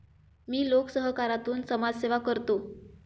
मी लोकसहकारातून समाजसेवा करतो